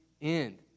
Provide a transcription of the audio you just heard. end